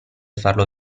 farlo